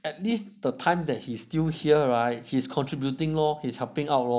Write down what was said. at least the time that he's still here right he's contributing lor he's helping out lor